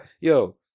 Yo